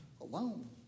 alone